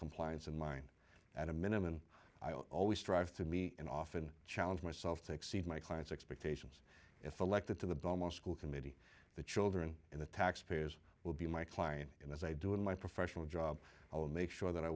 compliance in mind at a minimum i always strive to be and often challenge myself to exceed my clients expectations if elected to the bomoh school committee the children and the taxpayers will be my client and as i do in my professional job i will make sure that i